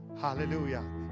Hallelujah